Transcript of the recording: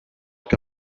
que